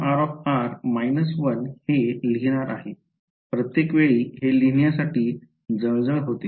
तर मी εr − 1 हे लिहिणार आहे प्रत्येक वेळी हे लिहिण्यासाठी जळजळ होते